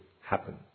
happen